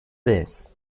this